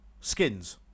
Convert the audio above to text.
Skins